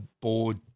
board